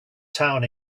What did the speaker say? town